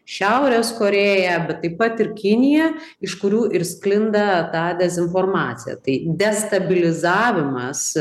šiaurės korėja bet taip pat ir kinija iš kurių ir sklinda ta dezinformacija tai destabilizavimas